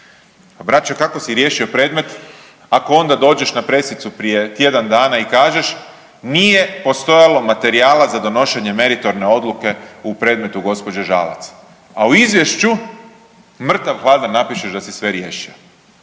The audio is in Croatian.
Pa braćo kako si riješio predmet ako onda dođeš na presicu prije tjedan dana i kažeš nije postojalo materijala za donošenje meritorne odluke u predmetu gospođe Žalac, a u Izvješću mrtav hladan napišeš da si sve riješio.